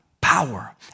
power